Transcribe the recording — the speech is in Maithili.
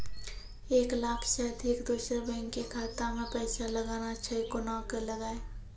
एक लाख से अधिक दोसर बैंक के खाता मे पैसा लगाना छै कोना के लगाए?